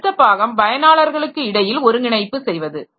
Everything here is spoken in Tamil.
அடுத்த பாகம் பயனாளர்களுக்கு இடையில் ஒருங்கிணைப்பு செய்வது